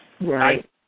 Right